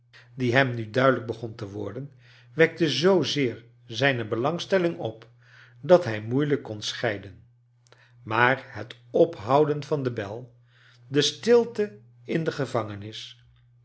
die hem nu dnidelijk begon te worden wekte zoo zeer zijne belangstelling op dat hij moeilijk kon scheiden maar het ophouden van de bel de stilte in de gevangenis